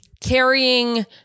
carrying